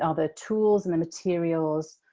ah the tools and the materials,